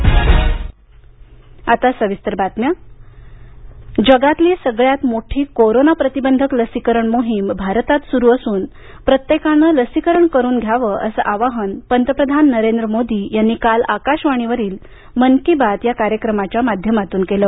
मन की बात जगातली सगळ्या मोठी कोरोना प्रतिबंधक लसीकरण मोहीम भारतात सुरू असून प्रत्येकानं लसीकरण करून घ्यावं असं आवाहन पंतप्रधान नरेंद्र मोदी यांनी काल आकाशवाणीवरील मन की बात या कार्यक्रमाच्या माध्यमातून केलं